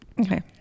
Okay